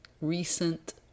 recent